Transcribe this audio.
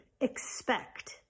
expect